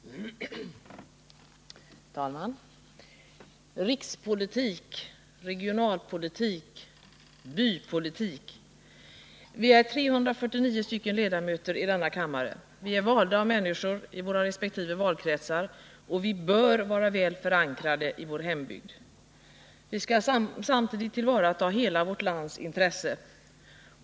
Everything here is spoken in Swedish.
Fru talman! Rikspolitik, regionalpolitik, bypolitik. Vi är 349 ledamöter i denna kammare. Vi är valda av människor i våra resp. valkretsar, och vi bör vara väl förankrade i vår hembygd. Samtidigt skall vi tillvarata hela vårt lands intresse.